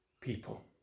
people